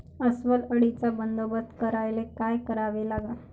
अस्वल अळीचा बंदोबस्त करायले काय करावे लागन?